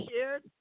shared